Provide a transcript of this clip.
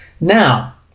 Now